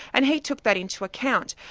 and he took that into account.